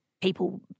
people